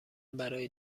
برای